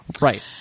Right